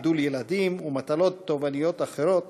גידול ילדים ומטלות תובעניות אחרות,